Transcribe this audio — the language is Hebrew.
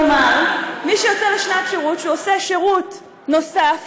כלומר מי שיוצא לשנת שירות ועושה שירות נוסף,